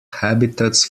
habitats